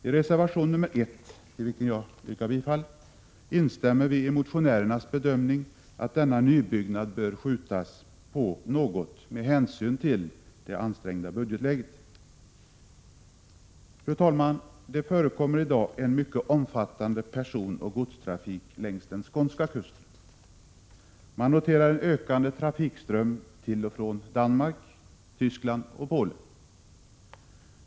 I reservation nr 1, till vilken jag yrkar bifall, instämmer vi i motionärernas bedömning att denna nybyggnad bör senareläggas något med hänsyn till det ansträngda budgetläget. Fru talman! Det förekommer i dag en mycket omfattande personoch godstrafik längs den skånska kusten. Man noterar en ökande trafikström till och från Danmark, Tyskland och Polen.